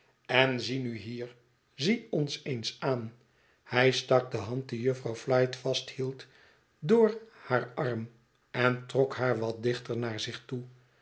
en zie nu hier zie ons eens aan hij stak de hand die jufvrouw flite vasthield door haar arm eri trok haar wat dichter naar zich toe